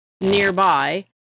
nearby